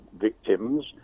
victims